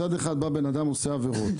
מצד אחד בא בן אדם ועושה עבירות.